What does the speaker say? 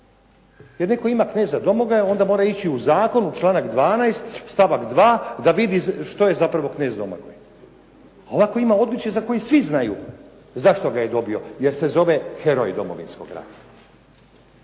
Jer netko ima kneza Domagoja, onda mora ići u zakon u članak 12. stavak 2. da vidi što je zapravo knez Domagoj. A ovako ima odličje za koje svi znaju zašto ga je dobio, jer se zove “Heroj Domovinskog rata“.